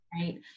right